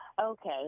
okay